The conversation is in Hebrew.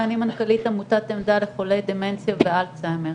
ואני מנכ"לית עמותת עמדא לחולי דמנציה ואלצהיימר.